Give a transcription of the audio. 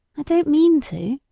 i don't mean to,